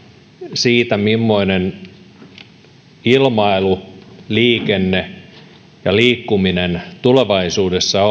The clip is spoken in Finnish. siitä millaista ilmailu liikenne ja liikkuminen tulevaisuudessa